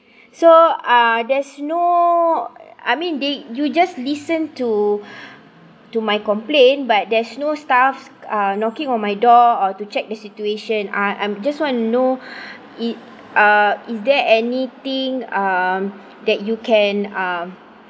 so uh there's no I mean they you just listened to to my complain but there's no staffs uh knocking on my door or to check the situation I'm I'm just wanna know it uh is there anything um that you can um